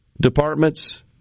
departments